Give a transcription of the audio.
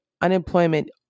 unemployment